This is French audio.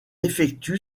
effectue